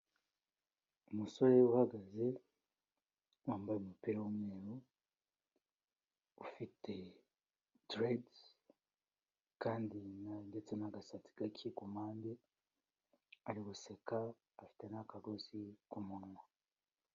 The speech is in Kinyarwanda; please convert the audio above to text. Umusore uhagaze, wambaye umupira w'umweru, ufite dreads, kandi ndetse n'agasatsi gake ku mpande, ari guseka, afite n'akagozi ku munwa.